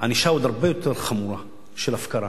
ענישה עוד הרבה יותר חמורה, הפקרה.